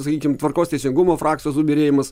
sakykim tvarkos teisingumo frakcijos subyrėjimas